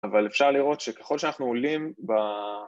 אבל אפשר לראות שככל שאנחנו עולים ב...